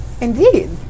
Indeed